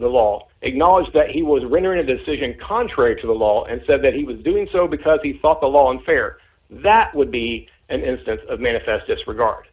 the law acknowledge that he was rendering a decision contrary to the law and said that he was doing so because he thought the law unfair that would be an instance of manifest disregard